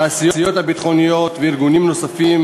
התעשיות הביטחוניות וארגונים נוספים